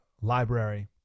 library